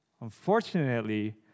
Unfortunately